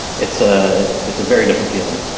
it's ah it's a very different feeling.